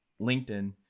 LinkedIn